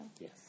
Yes